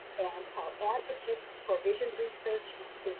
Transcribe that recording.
and our advocates for vision research